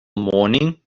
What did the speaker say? morning